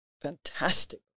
fantastic